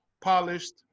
polished